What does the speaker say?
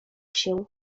się